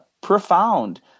profound